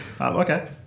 Okay